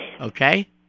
Okay